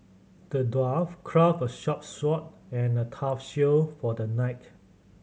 the dwarf crafted a sharp sword and a tough shield for the knight